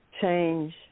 change